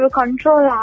control